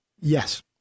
Yes